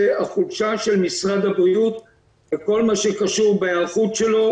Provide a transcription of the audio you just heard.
החולשה של משרד הבריאות בכל מה שקשור להיערכות שלו,